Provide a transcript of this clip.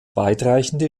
weitreichende